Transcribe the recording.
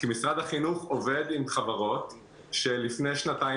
כי משרד החינוך עובד עם חברות שלפני שנתיים